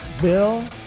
Bill